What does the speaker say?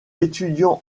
étudiant